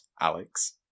Alex